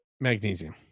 magnesium